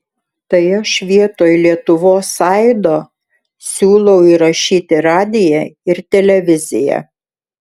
tai aš vietoj lietuvos aido siūlau įrašyti radiją ir televiziją